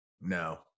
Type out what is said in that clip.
No